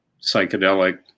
psychedelic